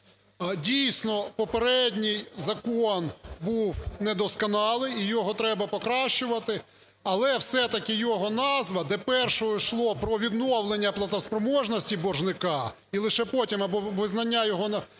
Дійсно, попередній закон був недосконалий і його треба покращувати, але все-таки його назва, де першою йшло про відновлення платоспроможності боржника і лише потім визнання його